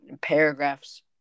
paragraphs